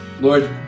Lord